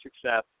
success